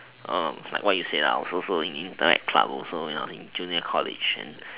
is like what you said I was also into like club also you know in junior college and